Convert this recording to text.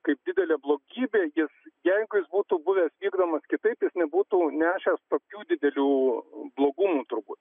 kaip didelė blogybė jis jeigu jis būtų buvęs vykdomas kitaip jis nebūtų nešęs tokių didelių blogumų turbūt